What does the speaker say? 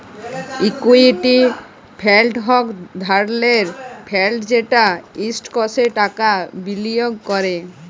equity fund ইক ধরলের fund যেট ইস্টকসে টাকা বিলিয়গ ক্যরে